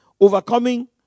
overcoming